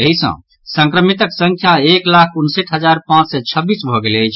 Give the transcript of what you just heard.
एहि सँ संक्रमितक संख्या एक लाख उनसठि हजार पांच सय छब्बीस भऽ गेल अछि